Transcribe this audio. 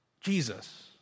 Jesus